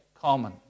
common